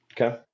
Okay